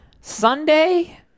Sunday